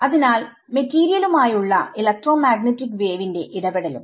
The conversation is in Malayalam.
അതിനാൽ മെറ്റീരിയലുമായുള്ള ഇലക്ട്രോമാഗ്നെറ്റിക് വേവിന്റെ ഇടപെടലും